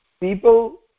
People